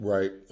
Right